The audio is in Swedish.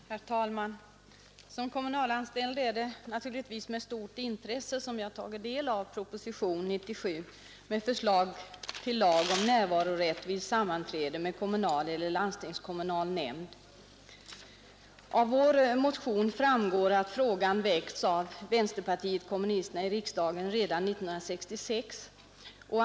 Herr talman! Som kommunalanställd har jag naturligtvis med stort intresse tagit del av proposition 97 med förslag till lag om närvarorätt vid sammanträde med kommunal eller landstingskommunal nämnd. Av vår motion framgår att frågan väckts av vänsterpartiet kommunisterna i riksdagen redan 1966.